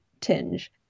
tinge